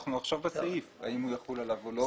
אנחנו עכשיו בסעיף, האם זה יחול עליו או לא.